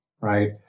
Right